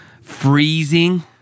Freezing